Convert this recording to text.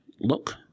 look